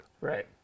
Right